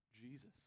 Jesus